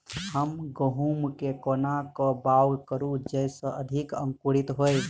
हम गहूम केँ कोना कऽ बाउग करू जयस अधिक अंकुरित होइ?